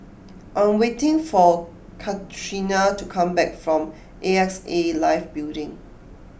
I'm waiting for Catrina to come back from A X A Life Building